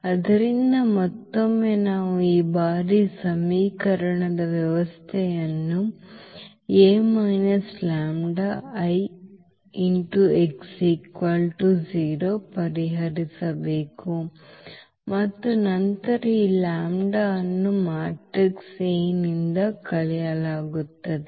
ಆದ್ದರಿಂದ ಮತ್ತೊಮ್ಮೆ ನಾವು ಈ ಬಾರಿ ಸಮೀಕರಣದ ವ್ಯವಸ್ಥೆಯನ್ನು A λI x 0 ಪರಿಹರಿಸಬೇಕು ಮತ್ತು ನಂತರ ಈ λ ಅನ್ನು ಮ್ಯಾಟ್ರಿಕ್ಸ್ A ನಿಂದ ಕಳೆಯಲಾಗುತ್ತದೆ